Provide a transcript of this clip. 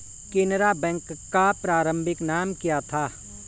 Canara bank का प्रारंभिक नाम क्या था?